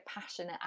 passionate